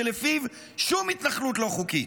שלפיו שום התנחלות לא חוקית,